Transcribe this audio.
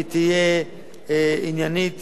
עניינית